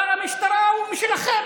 שר המשטרה הוא משלכם,